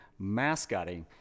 mascotting